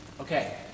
Okay